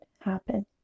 happen